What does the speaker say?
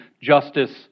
justice